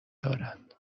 دارند